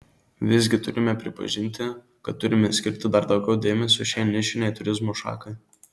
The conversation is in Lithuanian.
visgi turime pripažinti kad turime skirti dar daugiau dėmesio šiai nišinei turizmo šakai